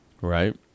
Right